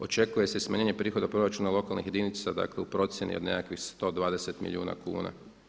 Očekuje se smanjenje prihoda proračuna lokalnih jedinica u procjeni od nekakvih 120 milijuna kuna.